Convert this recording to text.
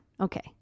Okay